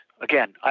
again